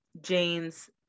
jane's